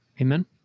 Amen